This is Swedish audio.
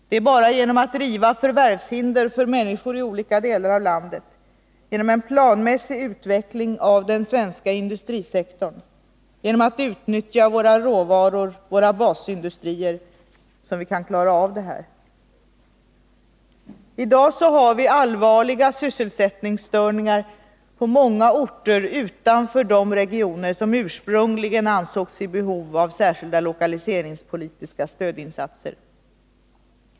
Det är bara genom att riva förvärvshinder för människor i olika delar av landet, genom en planmässig utveckling av den svenska industrisektorn, genom att utnyttja våra råvaror, våra basindustrier, som vi kan klara av det här. I dag har vi allvarliga sysselsättningsstörningar på många orter utanför de regioner som ursprungligen ansågs vara i behov av särskilda lokaliseringspolitiska stödinsatser.